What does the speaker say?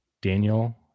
Daniel